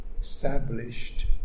established